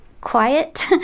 quiet